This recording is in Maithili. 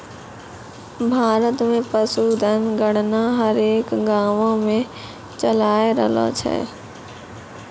भारत मे पशुधन गणना हरेक गाँवो मे चालाय रहलो छै